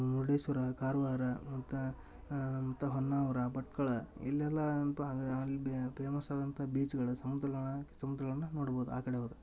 ಮುರ್ಡೇಶ್ವರ ಕಾರ್ವಾರ ಮತ್ತೆ ಮತ್ತ ಹೊನ್ನಾವರ ಭಟ್ಕಳ ಇಲ್ಲೆಲ್ಲಾ ಏನ್ಪ ಅಂದ್ರ ಅಲ್ಲಿ ಪೇಮಸ್ ಆದಂಥ ಬೀಚ್ಗಳ್ ಸಮುದ್ರಗಳ ಸಮುದ್ರಗಳನ್ನ ನೋಡ್ಬೋದು ಆ ಕಡೆ ಹೋದರೆ